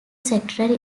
secretary